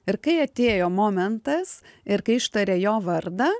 ir kai atėjo momentas ir kai ištarė jo vardą